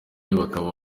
bakaba